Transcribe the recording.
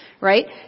right